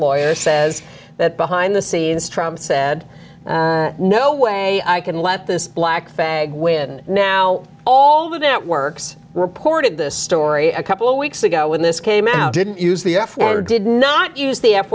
lawyer says that behind the scenes trump said no way i can let this black bag win now all the networks reported this story a couple of weeks ago when this came out didn't use the f word did not use the f